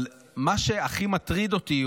אבל מה שהכי מטריד אותי,